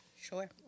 Sure